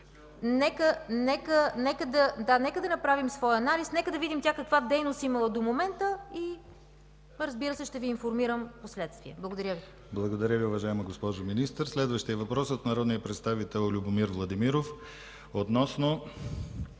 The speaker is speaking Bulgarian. Нека да направим своя анализ, да видим тя каква дейност е имала до момента и ще Ви информирам впоследствие. Благодаря Ви.